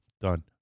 done